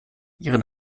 ihren